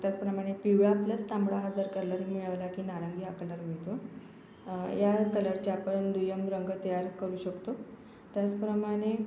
त्याचप्रमाणे पिवळा प्लस तांबडा जर कलर मिळवला की नारंगी आपल्याला मिळतो या कलरचा आपण दुय्यम रंग तयार करू शकतो त्याचप्रमाणे